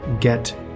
get